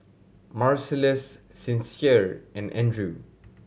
Marcellus Sincere and Andrew